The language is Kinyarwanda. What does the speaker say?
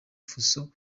fuso